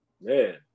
Man